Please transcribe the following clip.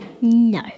no